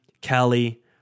Kelly